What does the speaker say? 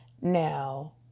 Now